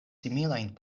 similajn